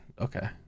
Okay